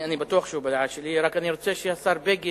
אני בטוח שהוא בדעה שלי, רק אני רק רוצה שהשר בגין